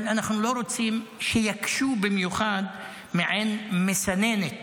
אבל אנחנו לא רוצים שיקשו במיוחד, מעין מסננת.